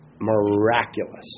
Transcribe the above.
miraculous